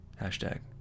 hashtag